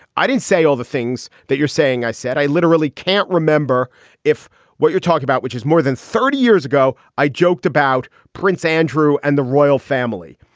i didn't say all the things that you're saying. i said i literally can't remember if what you're talking about, which is more than thirty years ago, i joked about prince andrew and the royal family.